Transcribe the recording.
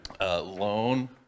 loan